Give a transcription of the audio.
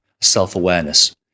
self-awareness